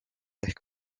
ehk